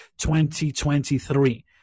2023